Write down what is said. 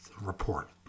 report